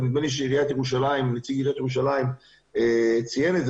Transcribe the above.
ונדמה לי שסגן הראש העיר ירושלים ציין את זה,